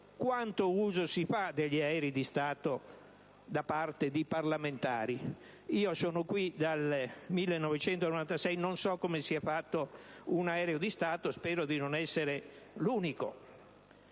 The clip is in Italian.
quanto uso si fa degli aerei di Stato da parte di parlamentari. Io sono qui dal 1996 e non so come sia fatto un aereo di Stato. Spero di non essere l'unico.